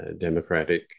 democratic